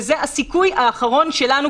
וזה הסיכוי האחרון שלנו,